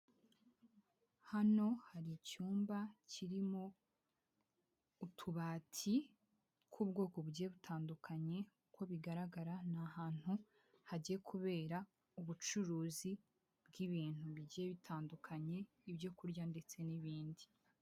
Hano hari icyumba kirimo utubati tw'ubwoko bugiye butandukanye, uko bigaragara ni ahantu hagiye kubera ubucuruzi bw'ibintu bigiye bitandukanye, ibyo kurya ndetse n'ibindi.